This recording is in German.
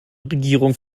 regierung